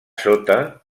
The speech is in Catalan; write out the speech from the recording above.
sota